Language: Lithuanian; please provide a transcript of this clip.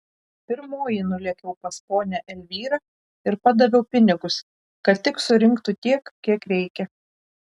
pirmoji nulėkiau pas ponią elvyrą ir padaviau pinigus kad tik surinktų tiek kiek reikia